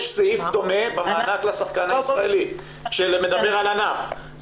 יש סעיף דומה במענק לשחקן הישראלי שמדבר על ענף,